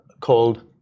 called